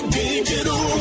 digital